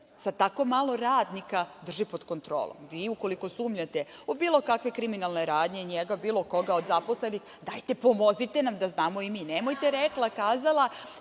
sa tako malo radnika drži pod kontrolom. Vi ukoliko sumnjate u bilo kakve kriminalne radnje njega, bilo koga od zaposlenih, dajte pomozite nam da znamo i mi, nemojte rekla-kazala